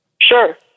Sure